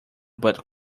but